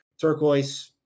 Turquoise